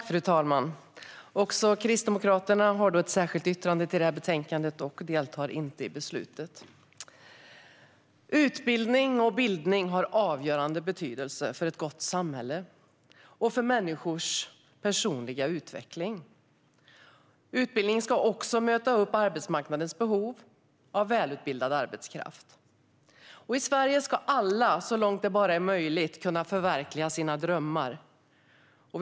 Fru talman! Också Kristdemokraterna har ett särskilt yttrande i betänkandet, och vi deltar inte i beslutet. Utbildning och bildning har avgörande betydelse för ett gott samhälle och för människors personliga utveckling. Utbildning ska också möta arbetsmarknadens behov av välutbildad arbetskraft. I Sverige ska alla kunna förverkliga sina drömmar så långt det bara är möjligt.